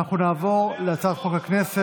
בסדר.